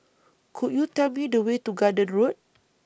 Could YOU Tell Me The Way to Garden Road